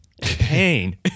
pain